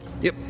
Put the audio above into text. yep,